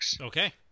Okay